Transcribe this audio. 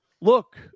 Look